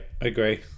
agree